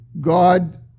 God